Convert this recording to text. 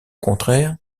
contraire